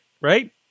right